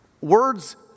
Words